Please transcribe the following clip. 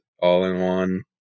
all-in-one